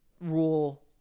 rule